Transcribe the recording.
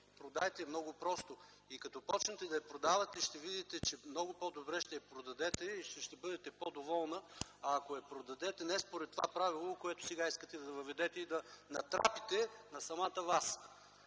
продайте я – много просто! И като започнете да продавате, ще видите, че много по-добре ще я продадете и ще бъдете по-доволна, ако я продадете не според това правило, което сега искате да въведете и да натрапите на самата Вас.